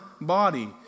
body